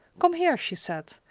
come here, she said,